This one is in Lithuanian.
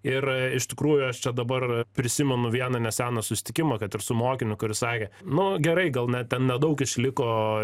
ir iš tikrųjų aš čia dabar prisimenu vieną neseną susitikimą kad ir su mokiniu kuris sakė nu gerai gal net ten nedaug išliko